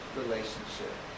relationship